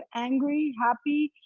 angry, happy,